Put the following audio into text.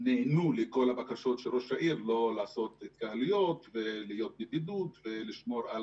נענו לבקשות של ראש העיר לא לעשות התקהלויות ולהיות בבידוד ולשמור על